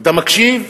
אתה מקשיב?